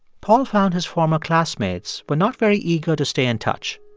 paul found his former classmates were not very eager to stay in touch.